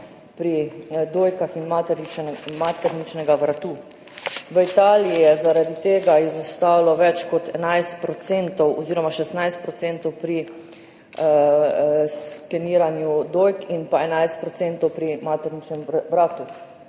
pri dojkah in materničnem vratu. V Italiji je zaradi tega izostalo več kot 11 % oziroma 16 % pri skeniranju dojk in 11 % pri materničnem vratu.